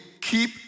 keep